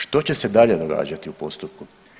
Što će se dalje događati u postupku?